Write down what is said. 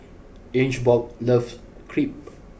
Ingeborg loves Crepe